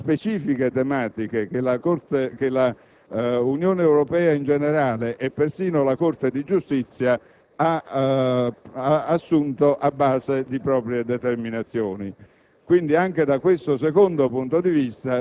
connesse a specifiche tematiche che l'Unione Europea in generale e persino la Corte di giustizia hanno assunto a base di proprie determinazioni.